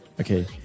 Okay